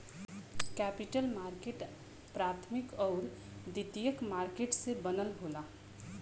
capital market प्राथमिक आउर द्वितीयक मार्केट से बनल होला